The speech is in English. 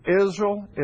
Israel